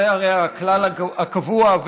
זה הרי הכלל הקבוע,